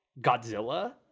Godzilla